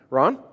Ron